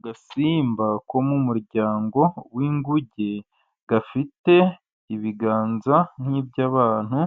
Agasimba ko mu muryango w'inguge gafite ibiganza nk'iby'abantu,